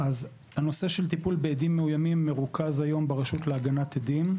הנושא של טיפול בעדים מאוימים מרוכז היום ברשות להגנת עדים.